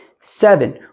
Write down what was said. seven